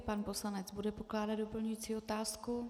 Pan poslanec bude pokládat doplňující otázku?